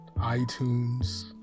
itunes